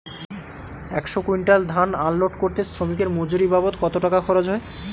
একশো কুইন্টাল ধান আনলোড করতে শ্রমিকের মজুরি বাবদ কত টাকা খরচ হয়?